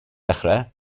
dechrau